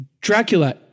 Dracula